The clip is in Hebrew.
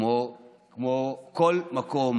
כמו כל מקום